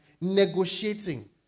negotiating